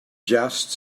just